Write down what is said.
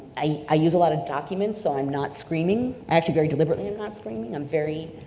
i use a lot of documents so i'm not screaming, actually very deliberately i'm not screaming, i'm very